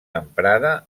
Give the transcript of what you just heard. emprada